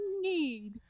need